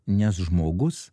nes žmogus